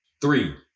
Three